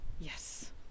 yes